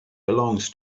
belongs